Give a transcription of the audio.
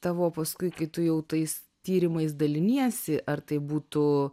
tavo paskui kai tu jau tais tyrimais daliniesi ar tai būtų